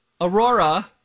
Aurora